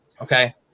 okay